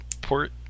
port